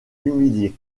humilié